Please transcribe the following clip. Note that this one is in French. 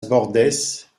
bordes